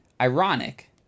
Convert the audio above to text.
ironic